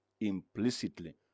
implicitly